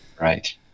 Right